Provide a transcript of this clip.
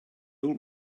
old